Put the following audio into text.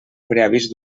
preavís